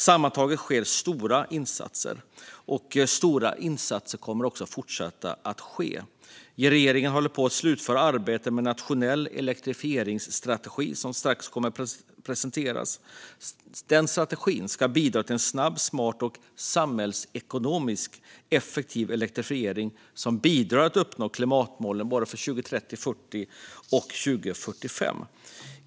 Sammantaget sker stora insatser, och stora insatser kommer att ske även i fortsättningen. Regeringen håller på att slutföra arbetet med en nationell elektrifieringsstrategi som strax kommer att presenteras. Strategin ska bidra till en snabb, smart och samhällsekonomiskt effektiv elektrifiering som bidrar till att vi ska kunna uppnå klimatmålen för 2030, 2040 och 2045.